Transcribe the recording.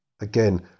Again